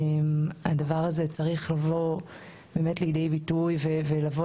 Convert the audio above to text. הדבר הזה צריך לבוא לידי ביטוי ולבוא